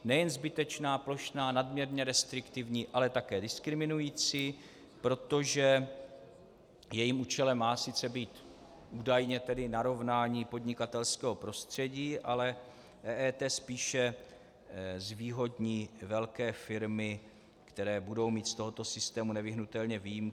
Nejen zbytečná, plošná, nadměrně restriktivní, ale také diskriminující, protože jejím účelem má sice být, údajně tedy, narovnání podnikatelského prostředí, ale EET spíše zvýhodní velké firmy, které budou mít z tohoto systému nevyhnutelně výjimky.